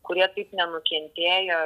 kurie taip nenukentėjo